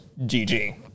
GG